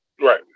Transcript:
Right